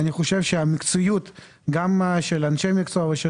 אני חושב שהמקצועיות גם של אנשי המקצוע וגם של